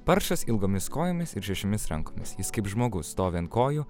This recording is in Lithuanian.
paršas ilgomis kojomis ir šešiomis rankomis jis kaip žmogus stovi ant kojų